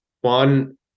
one